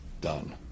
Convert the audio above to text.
done